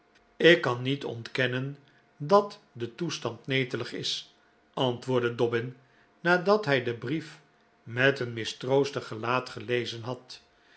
ik kan niet ontkennen dat de toestand netelig is antwoordde dobbin nadat hij den brief met een mistroostig gelaat gelezen had